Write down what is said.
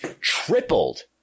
tripled